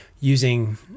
using